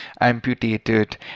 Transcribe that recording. amputated